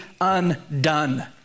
undone